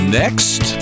next